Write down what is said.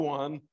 one